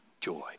joy